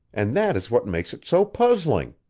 and that is what makes it so puzzling.